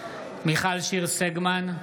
מיכל שיר סגמן,